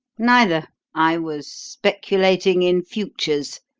neither. i was speculating in futures,